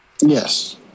Yes